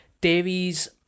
Davies